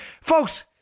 Folks